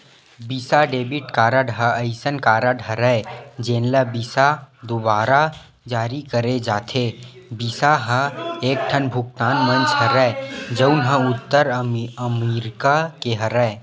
बिसा debit card ह असइन कारड हरय जेन ल बिसा दुवारा जारी करे जाथे, बिसा ह एकठन भुगतान मंच हरय जउन ह उत्तर अमरिका के हरय